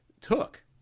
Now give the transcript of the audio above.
took